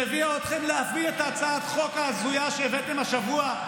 שהביאה אתכם להביא את הצעת החוק ההזויה שהבאתם השבוע,